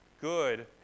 good